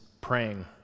praying